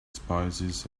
spices